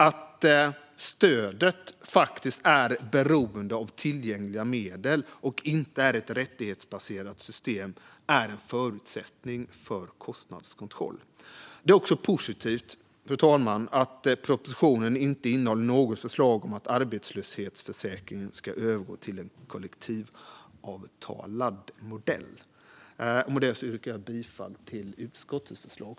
Att stödet är beroende av tillgängliga medel och inte är ett rättighetsbaserat system är en förutsättning för kostnadskontroll. Fru talman! Det är också positivt att propositionen inte innehåller något förslag om att arbetslöshetsförsäkringen ska övergå till en kollektivavtalad modell. Fru talman! Med det yrkar jag bifall till utskottets förslag.